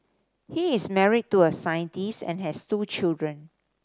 he is married to a scientist and has two children